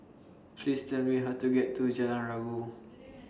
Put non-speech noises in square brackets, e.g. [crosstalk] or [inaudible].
Please Tell Me How to get to Jalan Rabu [noise]